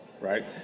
right